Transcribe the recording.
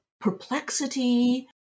perplexity